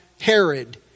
Herod